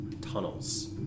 tunnels